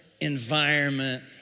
environment